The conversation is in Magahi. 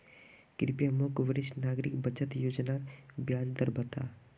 कृप्या मोक वरिष्ठ नागरिक बचत योज्नार ब्याज दर बता